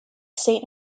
saint